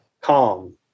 calm